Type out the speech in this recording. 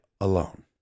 alone